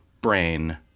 brain